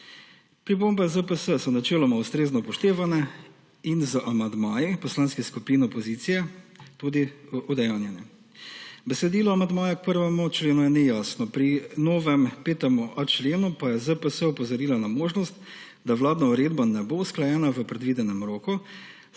Pripombe ZPS so načeloma ustrezno upoštevane in z amandmaji poslanskih skupin opozicije tudi udejanjene. Besedilo amandmaja k 1. členu je nejasno. Pri novem 5.a členu pa je ZPS opozorila na možnost, da vladna uredba ne bo usklajena v predvidenem roku,